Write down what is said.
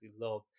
love